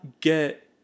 get